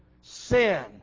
sin